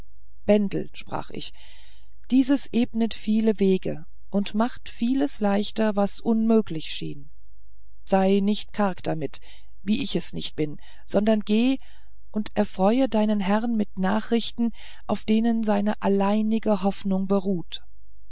bendel sprach ich dieses ebnet viele wege und macht vieles leicht was unmöglich schien sei nicht karg damit wie ich es nicht bin sondern geh und erfreue deinen herrn mit nachrichten auf denen seine alleinige hoffnung beruht